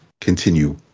continue